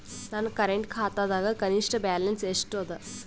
ನನ್ನ ಕರೆಂಟ್ ಖಾತಾದಾಗ ಕನಿಷ್ಠ ಬ್ಯಾಲೆನ್ಸ್ ಎಷ್ಟು ಅದ